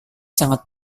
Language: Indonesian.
sangat